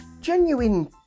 Genuine